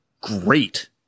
great